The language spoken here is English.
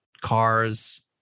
cars